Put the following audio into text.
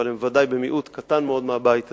אבל ודאי במיעוט קטן מאוד מהבית הזה.